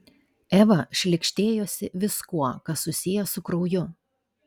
eva šlykštėjosi viskuo kas susiję su krauju